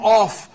off